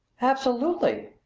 absolutely!